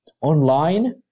online